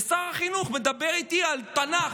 ושר החינוך מדבר איתי על תנ"ך,